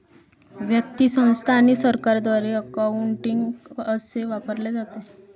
व्यक्ती, संस्था आणि सरकारद्वारे अकाउंटिंग कसे वापरले जाते